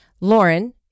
Lauren